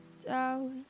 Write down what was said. doubt